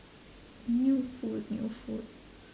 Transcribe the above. new food new food